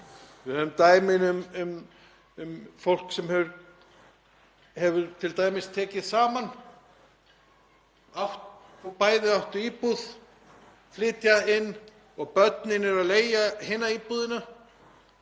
Við höfum dæmi um fólk sem hefur t.d. tekið saman, bæði áttu íbúð, flytja inn og börnin eru að leigja hina íbúðina.